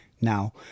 now